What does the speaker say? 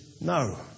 no